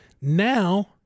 Now